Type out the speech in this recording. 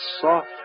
soft